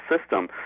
system